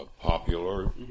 popular